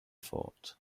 thought